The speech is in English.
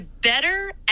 better